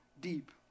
deep